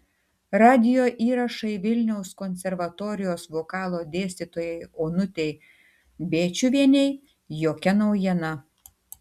radijo įrašai vilniaus konservatorijos vokalo dėstytojai onutei bėčiuvienei jokia naujiena